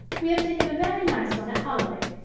we have taken a very nice one at holloway.